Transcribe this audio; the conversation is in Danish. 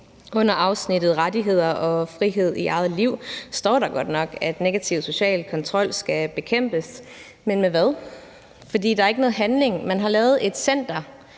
Under afsnittet »Rettigheder og frihed i eget liv« står der godt nok, at negativ social kontrol skal bekæmpes, men med hvad? For der er ikke noget handling. Man har lavet et center,